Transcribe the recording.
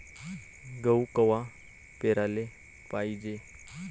गहू कवा पेराले पायजे?